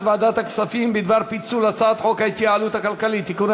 ועדת הכספים בדבר פיצול הצעת חוק ההתייעלות הכלכלית (תיקוני